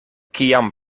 kiam